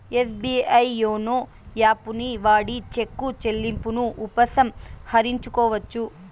SBI YONO యాపుని వాడి చెక్కు చెల్లింపును ఉపసంహరించుకోవచ్చు